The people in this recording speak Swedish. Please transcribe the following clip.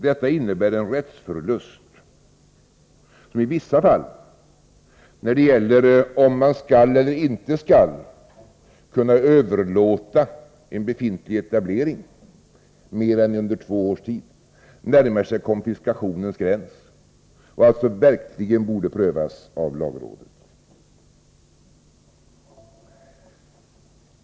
Detta innebär en rättsförlust som i vissa fall, när det gäller om man skall kunna eller inte skall kunna överlåta en befintlig etablering mer än under två års tid, närmar sig konfiskationens gräns och alltså verkligen borde prövas av lagrådet.